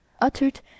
uttered